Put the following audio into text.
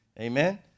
Amen